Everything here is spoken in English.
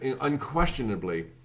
Unquestionably